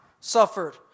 suffered